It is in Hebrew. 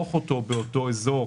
לצרוך אותו באותו אזור,